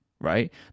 right